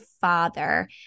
father